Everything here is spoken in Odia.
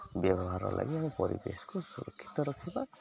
ବ୍ୟବହାର ଲାଗି ଆମେ ପରିବେଶକୁ ସୁରକ୍ଷିତ ରଖିବା